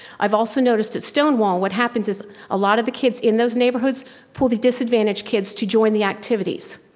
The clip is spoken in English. i've also noticed that stonewall, what happens is a lot of the kids in those neighborhoods pull the disadvantaged kids to join the activities.